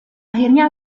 akhirnya